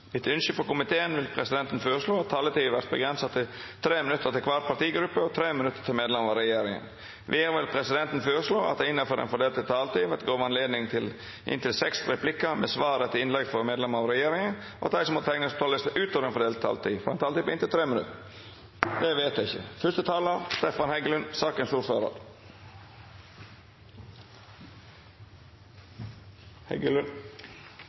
Etter ønske fra familie- og kulturkomiteen vil presidenten foreslå at taletiden blir begrenset til 3 minutter til hver partigruppe og 3 minutter til medlemmer av regjeringen. Videre vil presidenten foreslå at det – innenfor den fordelte taletid – blir gitt anledning til inntil tre replikker med svar etter innlegg fra medlemmer av regjeringen, og at de som måtte tegne seg på talerlisten utover den fordelte taletid, får en taletid på inntil 3 minutter. – Det anses vedtatt. Først vil jeg